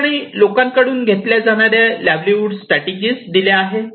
याठिकाणी लोकांकडून घेतल्या जाणाऱ्या लाईव्हलीहूड स्ट्रॅटेजि दिल्या आहेत